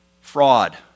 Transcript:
Fraud